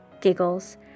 giggles